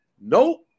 nope